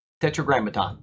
tetragrammaton